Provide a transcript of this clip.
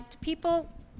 People